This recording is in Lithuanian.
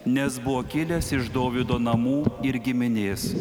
nes buvo kilęs iš dovydo namų ir giminės